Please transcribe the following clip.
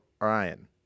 Ryan